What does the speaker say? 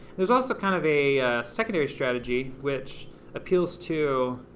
there's also kind of a secondary strategy, which appeals to